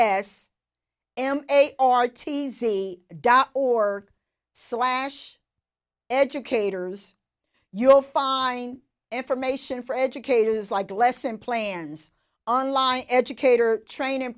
s m a r t's c dot or slash educators you'll find information for educators like lesson plans online educator training